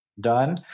done